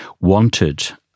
wanted